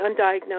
undiagnosed